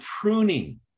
pruning